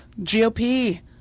gop